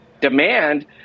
demand